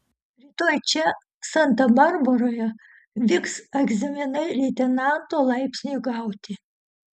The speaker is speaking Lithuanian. rytoj čia santa barbaroje vyks egzaminai leitenanto laipsniui gauti